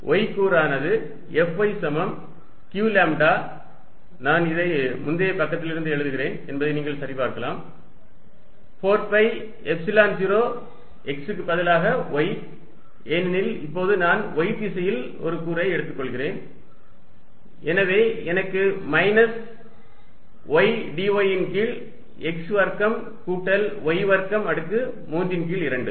Y கூறானது Fy சமம் q lambda நான் இதை முந்தைய பக்கத்திலிருந்து எழுதுகிறேன் என்பதை நீங்கள் சரிபார்க்கலாம் 4 பை எப்சிலன் 0 x க்கு பதிலாக y ஏனெனில் இப்போது நான் y திசையில் ஒரு கூறை எடுத்துக்கொள்வேன் எனவே எனக்கு மைனஸ் y dy ன் கீழ் x வர்க்கம் கூட்டல் y வர்க்கம் அடுக்கு 3 ன் கீழ் 2